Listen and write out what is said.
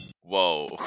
whoa